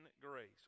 grace